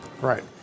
Right